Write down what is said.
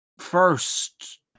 first